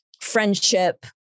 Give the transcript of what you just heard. friendship